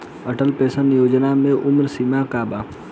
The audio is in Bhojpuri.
अटल पेंशन योजना मे उम्र सीमा का बा?